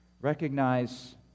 recognize